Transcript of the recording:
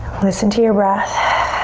listen to your breath.